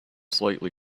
slightly